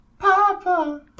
Papa